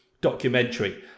documentary